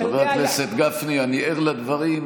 חבר הכנסת גפני, אני ער לדברים.